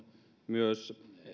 myös